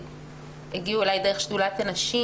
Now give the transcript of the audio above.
שהגיעו אלי דרך שדולת הנשים,